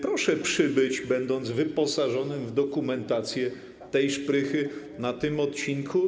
Proszę przybyć i być wyposażonym w dokumentację tej szprychy na tym odcinku.